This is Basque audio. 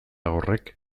horrek